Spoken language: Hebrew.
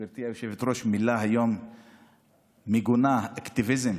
גברתי היושבת-ראש, זו מילה מגונה, אקטיביזם,